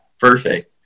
Perfect